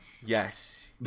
Yes